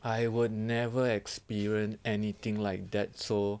I would never experience anything like that so